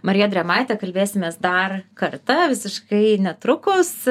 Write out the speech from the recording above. marija drėmaite kalbėsimės dar kartą visiškai netrukus